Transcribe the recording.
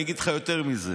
אני אגיד לך יותר מזה,